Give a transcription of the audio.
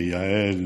ליעל,